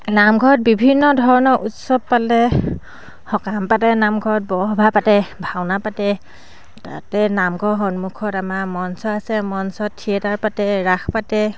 নামঘৰত বিভিন্ন ধৰণৰ উৎসৱ পালে সকাম পাতে নামঘৰত বৰসবাহ পাতে ভাওঁনা পাতে তাতে নামঘৰৰ সন্মুখত আমাৰ মঞ্চ আছে মঞ্চত থিয়েটাৰ পাতে ৰাস পাতে